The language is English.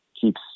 keeps